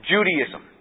Judaism